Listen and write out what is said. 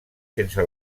sense